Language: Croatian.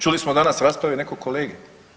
Čuli smo danas rasprave nekog kolege.